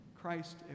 Christ